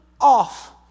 off